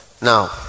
Now